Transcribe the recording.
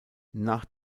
nach